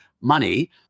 money